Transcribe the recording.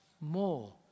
more